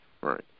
Right